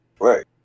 right